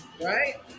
right